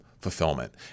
Fulfillment